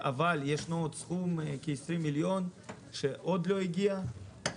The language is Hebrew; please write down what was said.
אבל יש סכום של כ-20 מיליון שקלים שעדיין לא הגיע.